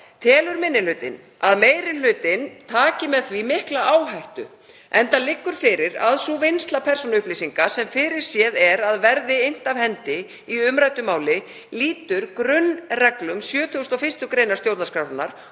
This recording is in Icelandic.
Telur minni hlutinn að meiri hlutinn taki með því mikla áhættu enda liggur fyrir að sú vinnsla persónuupplýsinga sem fyrirséð er að verði innt af hendi í umræddu máli lýtur grunnreglum um 71. gr. stjórnarskrárinnar